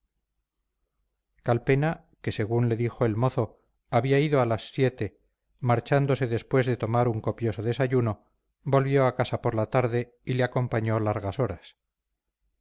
calpena que según le dijo el mozo había ido a las siete marchándose después de tomar un copioso desayuno volvió a casa por la tarde y le acompañó largas horas